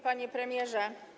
Panie Premierze!